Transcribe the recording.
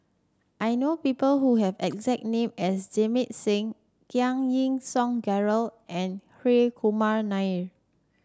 I know people who have exact name as Jamit Singh Giam Yean Song Gerald and Hri Kumar Nair